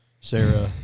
Sarah